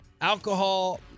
Alcohol